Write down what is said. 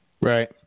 Right